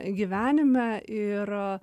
gyvenime ir